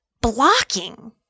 blocking